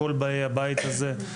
כל באי הבית הזה.